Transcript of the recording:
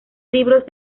libros